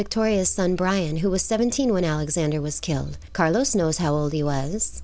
victoria's son brian who was seventeen when alexander was killed carlos knows how old he was